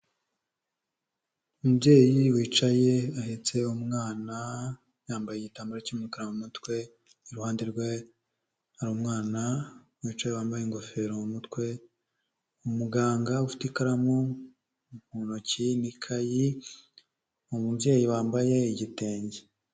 Umubyeyi wicaye ahetse umwana, yambaye igitambaro cy'umukara mu mutwe, iruhande rwe hari umwana wicaye wambaye ingofero mu mutwe, umuganga ufite ikaramu mu ntoki n'ikayi, umubyeyi wambaye igitenge.